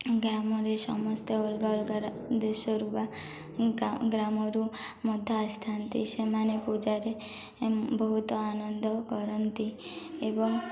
ଗ୍ରାମରେ ସମସ୍ତେ ଅଲଗା ଅଲଗା ଦେଶରୁ ବା ଗ୍ରାମରୁ ମଧ୍ୟ ଆସିଥାନ୍ତି ସେମାନେ ପୂଜାରେ ବହୁତ ଆନନ୍ଦ କରନ୍ତି ଏବଂ